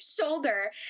shoulder